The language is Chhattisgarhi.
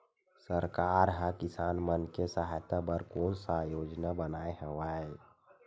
सरकार हा किसान मन के सहायता बर कोन सा योजना बनाए हवाये?